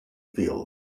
field